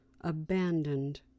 abandoned